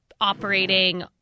operating